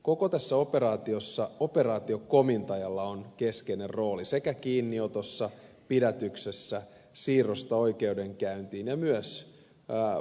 koko tässä operaatiossa operaatiokomentajalla on keskeinen rooli sekä kiinniotossa pidätyksessä siirrossa oikeudenkäyntiin ja myös vapauttamisessa